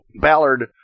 Ballard